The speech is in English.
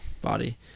body